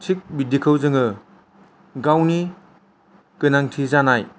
थिख बिदिखौ जोङाे गावनि गोनांथि जानाय